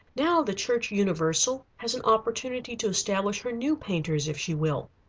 now the church universal has an opportunity to establish her new painters if she will.